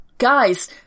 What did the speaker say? Guys